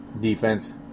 defense